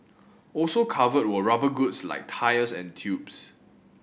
also covered were rubber goods like tyres and tubes